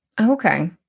Okay